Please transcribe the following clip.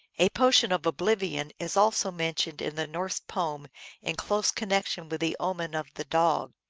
a potion of oblivion is also mentioned in the norse poem in close connection with the omen of the dog.